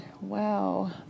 wow